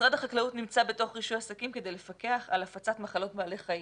משרד החקלאות נמצא בתוך רישוי עסקים כדי לפקח על הפצת מחלות בעלי חיים,